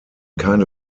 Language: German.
keine